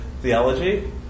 theology